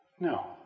No